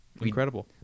Incredible